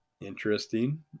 interesting